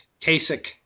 Kasich